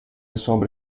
sombra